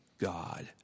God